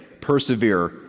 persevere